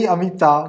Amita